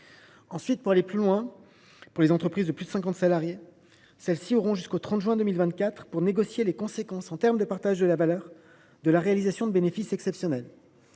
l’emploi. Par ailleurs, les entreprises de plus de 50 salariés auront jusqu’au 30 juin 2024 pour négocier les conséquences en termes de partage de la valeur de la réalisation de bénéfices exceptionnels.